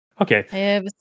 Okay